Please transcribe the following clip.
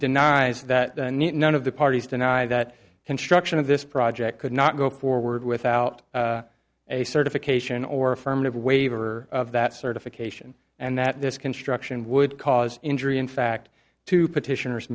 denies that none of the parties deny that construction of this project could not go forward without a certification or affirmative waiver of that certification and that this construction would cause injury in fact to petitioners